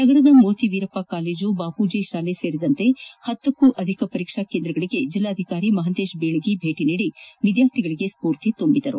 ನಗರದ ಮೋತಿ ವೀರಪ್ಪ ಕಾಲೇಜು ಬಾಪೂಜಿ ಶಾಲೆ ಸೇರಿದಂತೆ ಹತ್ತಕ್ಕೂ ಅಧಿಕ ಪರೀಕ್ಷಾ ಕೇಂದ್ರಗಳಗೆ ಜಲ್ಲಾಧಿಕಾರಿ ಮಹಾಂತೇಶ ಬೀಳಗಿ ಭೇಟಿ ನೀಡಿ ವಿದ್ಯಾರ್ಥಿಗಳಗೆ ಸ್ಕೂರ್ತಿ ತುಂಬಿದರು